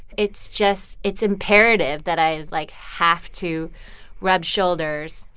it's just it's imperative that i, like, have to rub shoulders,